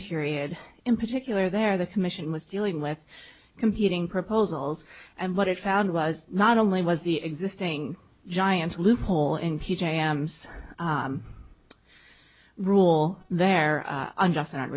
period in particular there the commission was dealing with competing proposals and what it found was not only was the existing giant loophole in p j am's rule they're just not